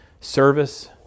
Service